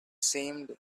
seemed